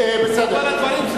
יש פה הסחת דעת,